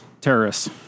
terrorists